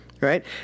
right